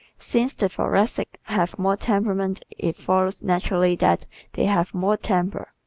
since the thoracics have more temperament it follows naturally that they have more temper,